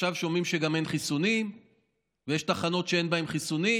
ועכשיו שומעים שגם אין חיסונים ושיש תחנות שאין בהן חיסונים.